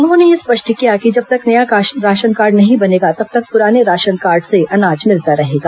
उन्होंने यह स्पष्ट किया कि जब तक नया राशन कार्ड नहीं बनेगा तब तक पुराने राशन कार्ड से अनाज मिलता रहेगा